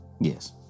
Yes